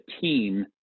team